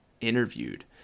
interviewed